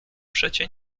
przecie